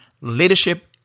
Leadership